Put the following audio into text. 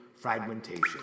fragmentation